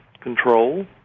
control